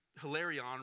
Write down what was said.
Hilarion